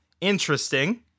Interesting